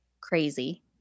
crazy